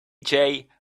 play